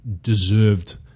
deserved